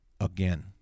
again